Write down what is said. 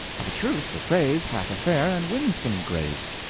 of a truth the phrase hath a fair and winsome grace,